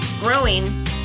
growing